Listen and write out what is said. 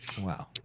Wow